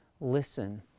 listen